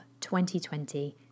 2020